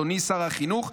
אדוני שר החינוך,